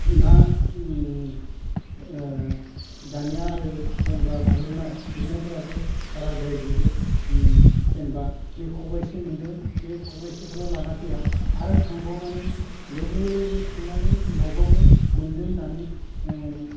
ना उम ओ दानिया आरो जेनोबा गुरनाय गुरनायफोराबो बाराद्राय गुरो उम जेनोबा नै खबाइसे मोनदों बे खबाइसेखौल' लाना फैया आरो थांबावनानै लोगो लोगो थांनानै लायबावगोन मोनदो होननानै ओ